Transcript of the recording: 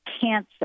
cancer